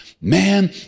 Man